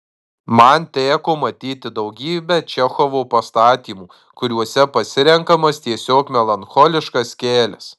man teko matyti daugybę čechovo pastatymų kuriuose pasirenkamas tiesiog melancholiškas kelias